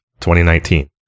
2019